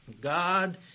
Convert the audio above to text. God